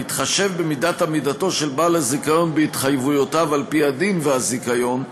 בהתחשב במידת עמידתו של בעל זיכיון בהתחייבויותיו על-פי הדין והזיכיון,